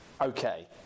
okay